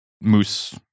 moose